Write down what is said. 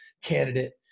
candidate